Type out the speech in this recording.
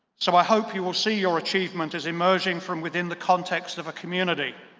so i hope you will see your achievement is emerging from within the context of a community,